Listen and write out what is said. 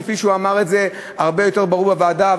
כפי שהוא אמר את זה באופן הרבה יותר ברור בוועדה,